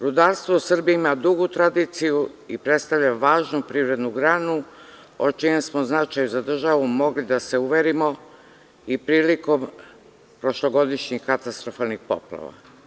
Rudarstvo u Srbiji ima dugu tradiciju i predstavlja važnu privrednu granu, o čijem smo značaju za državu mogli da se uverimo i prilikom prošlogodišnjih katastrofalnih poplava.